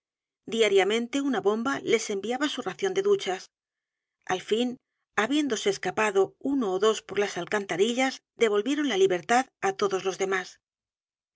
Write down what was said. diariamente una bomba les enviaba su ración de duchas al fin habiéndose escapado uno ó dos por las alcantarillas devolvieron la libertad á todos los demás el